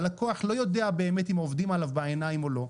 הלקוח לא יודע באמת אם עובדים עליו בעיניים או לא,